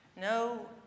No